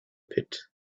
pit